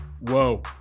Whoa